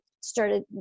started